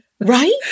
Right